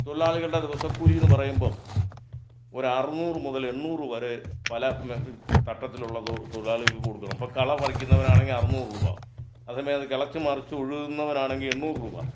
തൊഴിലാളികളുടെ ദിവസക്കൂലിന്ന് പറയുമ്പം ഒരു അറുനൂറ് മുതൽ എണ്ണൂറ് വരെ പല തട്ടത്തിലുള്ള തൊഴിലാളികൾക്ക് കൊടുക്കണം ഇപ്പം കള പറിക്കുന്നതാണെങ്കിൽ അറുന്നൂറു രൂപ അതിമേൽ കിളച്ച് മറിച്ച് ഉഴുവുന്നവരാണെങ്കിൽ എണ്ണൂറ് രൂപ